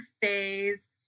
phase